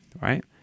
right